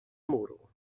muru